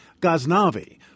Ghaznavi